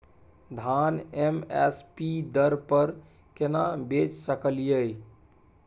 धान M S P दर पर केना बेच सकलियै?